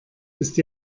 ist